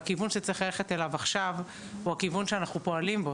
והכיוון שצריך ללכת אליו עכשיו הוא הכיוון שאנחנו פועלים בו.